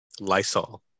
Lysol